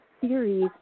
series